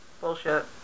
Bullshit